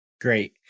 Great